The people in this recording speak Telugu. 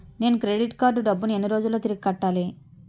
నేను క్రెడిట్ కార్డ్ డబ్బును ఎన్ని రోజుల్లో తిరిగి కట్టాలి?